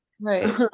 Right